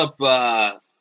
up